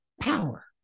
power